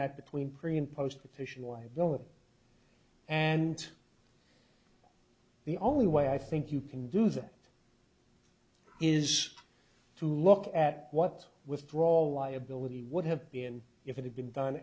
that between pre and post official liabilities and the only way i think you can do that is to look at what withdrawal liability would have been if it had been done